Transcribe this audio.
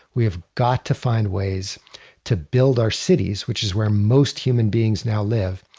we have got to find ways to build our cities, which is where most human beings now live,